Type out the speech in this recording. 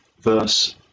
verse